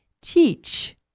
teach